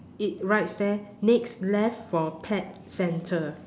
it writes there next left for pet centre